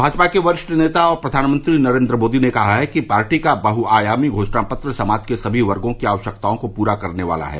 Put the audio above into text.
भाजपा के वरिष्ठ नेता और प्रधानमंत्री नरेन्द्र मोदी ने कहा है कि पार्टी का बहुआयामी घोषणा पत्र समाज के सभी वर्गो की आवश्यकताओं को पूरा करने वाला है